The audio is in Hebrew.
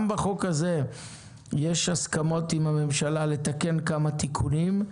גם בחוק הזה יש הסכמות עם הממשלה לתקן כמה תיקונים.